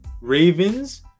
Ravens